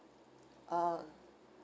ah